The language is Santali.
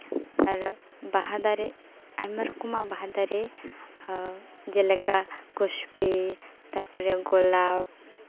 ᱟᱨ ᱵᱟᱦᱟ ᱫᱟᱨᱮ ᱟᱭᱢᱟ ᱞᱮᱠᱟᱱᱟᱜ ᱵᱟᱦᱟ ᱫᱟᱨᱮ ᱡᱮᱞᱮᱠᱟ ᱠᱩᱥᱵᱤ ᱛᱟᱨᱯᱚᱨᱮ ᱜᱳᱞᱟᱯ